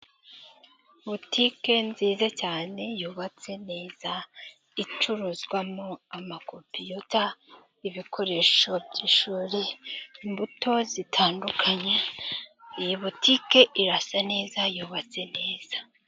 Butike nziza cyane yubatse neza iza icuruzwamo amakopiyuta, ibikoresho by'ishuri, imbuto zitandukanye, iyi Butike irasa neza yubatse neza.